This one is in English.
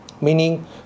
meaning